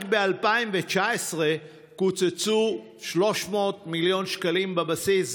רק ב-2019 קוצצו 300 מיליון שקלים בבסיס,